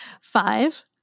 five